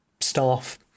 staff